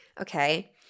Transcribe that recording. okay